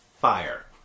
fire